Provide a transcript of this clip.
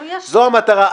זאת המטרה.